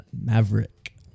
Maverick